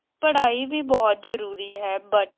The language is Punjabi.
ਪੜ੍ਹਾਈ ਵੀ ਬਹੁਤ ਜ਼ਰੂਰੀ ਹੈ ਬਟ